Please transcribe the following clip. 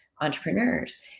entrepreneurs